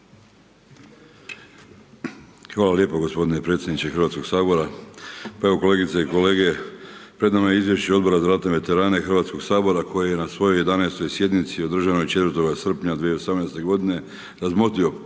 Hvala lijepo gospodine predsjedniče Hrvatskoga sabora. Pa evo kolegice i kolege, pred nama je Izvješće Odbora za ratne veterane Hrvatskoga sabora koje je na svojoj 11. sjednici održanoj 4. srpnja 2018. godine razmotrio